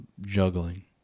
juggling